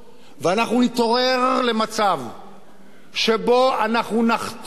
ואנחנו נתעורר למצב שבו אנחנו נחתוך את